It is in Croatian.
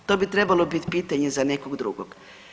To bi trebalo biti pitanje za nekog drugog.